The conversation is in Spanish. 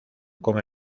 con